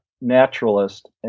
naturalist